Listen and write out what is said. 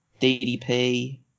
DDP